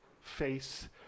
face